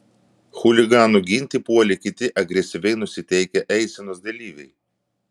chuliganų ginti puolė kiti agresyviai nusiteikę eisenos dalyviai